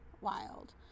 wild